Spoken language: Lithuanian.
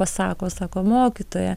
pasako sako mokytoja